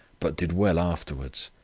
but did well afterwards.